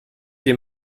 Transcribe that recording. des